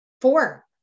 four